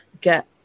get